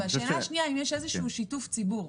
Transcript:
ושאלה שנייה, האם יש איזשהו שיתוף של הציבור?